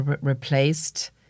replaced